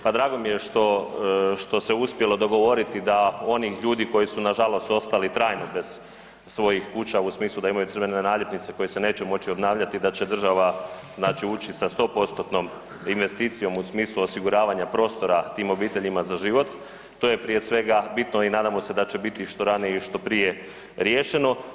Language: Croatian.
Pa drago mi je što se uspjelo dogovoriti da onih ljudi koji su nažalost ostali trajno bez svojih kuća u smislu da imaju crvene naljepnice koje se neće moći obnavljati da će država ući sa 100%-tnom investicijom u smislu osiguravanja prostora tim obiteljima za život, to je prije svega bitno i nadamo se da će biti što ranije i što prije riješeno.